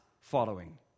following